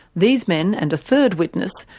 these men, and third witness,